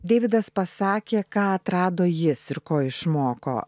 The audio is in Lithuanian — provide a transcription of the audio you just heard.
deividas pasakė ką atrado jis ir ko išmoko